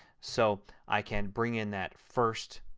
so i can bring in that first